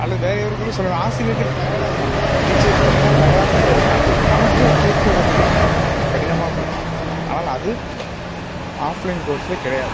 அல்லது வேறு யாராவது சொல்லுவார்கள் ஆசிரியர்கள் டயர்ட் ஆகும் டீச்சருக்கு பார்த்திங்கன்னா டயர்ட் ஆகும்ன்றதை தாண்டி நமக்கே அதைக் கேட்பதற்குக் கடினமாக இருக்கும் ஆனால் அது ஆஃப்லைன் கோர்ஸில் கிடையாது